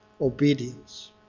obedience